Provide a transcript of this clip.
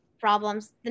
problems